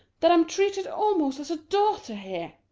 that am treated almost as a daughter here!